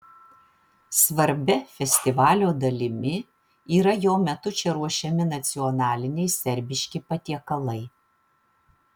svarbia festivalio dalimi yra jo metu čia ruošiami nacionaliniai serbiški patiekalai